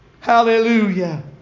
Hallelujah